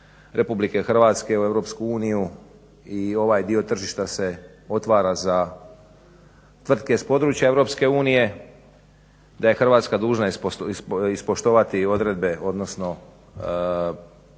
RH u EU i ovaj dio tržišta se otvara za tvrtke s područja EU, da je Hrvatska dužna ispoštovati odredbe odnosno